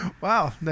Wow